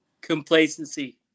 Complacency